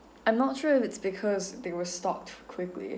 I'm not sure if it's because they were stocked quickly